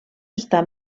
estar